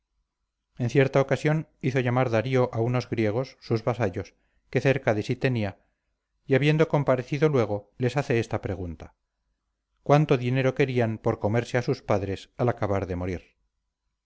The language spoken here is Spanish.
en cierta ocasión hizo llamar darío a unos griegos sus vasallos que cerca de sí tenía y habiendo comparecido luego les hace esta pregunta cuánto dinero querían por comerse a sus padres al acabar de morir